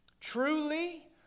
truly